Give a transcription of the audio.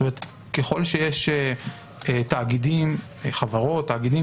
זאת אומרת, ככל שיש חברות, תאגידים